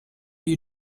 you